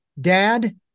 Dad